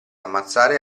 ammazzare